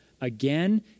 again